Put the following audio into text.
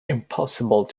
impossible